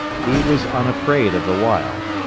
he was unafraid of the wild.